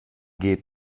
geht